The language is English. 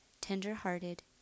tender-hearted